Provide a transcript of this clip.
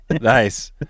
Nice